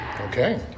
Okay